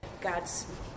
God's